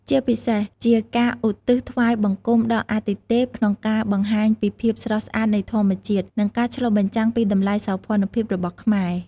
ជាពិសេសជាការឧទ្ទិសថ្វាយបង្គំដល់អាទិទេព ក្នុងការបង្ហាញពីភាពស្រស់ស្អាតនៃធម្មជាតិ និងការឆ្លុះបញ្ចាំងពីតម្លៃសោភ័ណភាពរបស់ខ្មែរ។